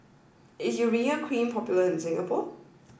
is Urea Cream popular in Singapore